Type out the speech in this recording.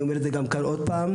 אני אומר את זה גם כאן עוד פעם.